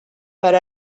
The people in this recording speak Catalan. per